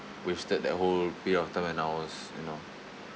wasted that whole bit of time and hours you know